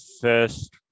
first